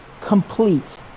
complete